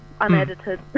unedited